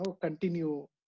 continue